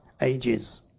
ages